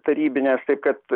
tarybinės taip kad